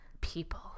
People